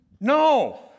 no